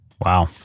Wow